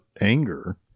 anger